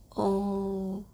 oh